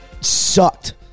sucked